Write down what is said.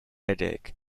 headache